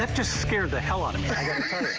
like just scared the hell out of me.